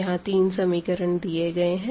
यहाँ तीन इक्वेशन दिए गए हैं